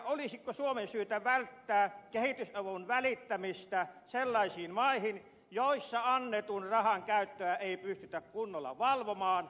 olisiko suomen syytä välttää kehitysavun välittämistä sellaisiin maihin joissa annetun rahan käyttöä ei pystytä kunnolla valvomaan